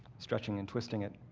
stretching and twisting it,